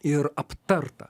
ir aptarta